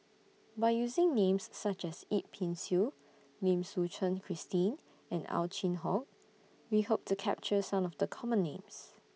By using Names such as Yip Pin Xiu Lim Suchen Christine and Ow Chin Hock We Hope to capture Some of The Common Names